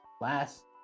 Last